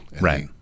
Right